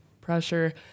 pressure